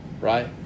right